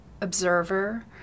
observer